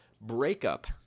breakup